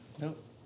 Nope